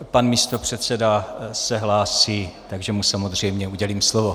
Pan místopředseda se hlásí, takže mu samozřejmě udělím slovo.